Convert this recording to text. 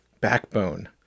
backbone